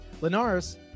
Linares